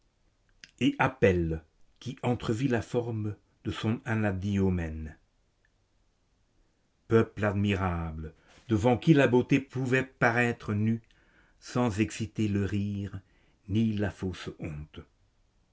et apelle qui entrevit la forme de son anadyomène peuple admirable devant qui la beauté pouvait paraître nue sans exciter le rire ni la fausse honte